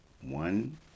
one